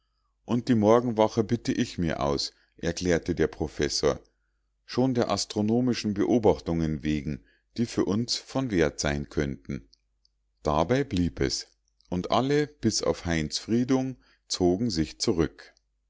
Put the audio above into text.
und die morgenwache bitte ich mir aus erklärte der professor schon der astronomischen beobachtungen wegen die für uns von wert sein können dabei blieb es und alle bis auf heinz friedung zogen sich zurück